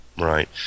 Right